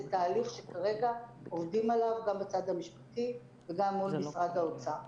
זה תהליך שכרגע עובדים עליו גם בצד המשפטי וגם מול משרד האוצר.